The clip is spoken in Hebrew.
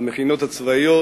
המכינות הצבאיות,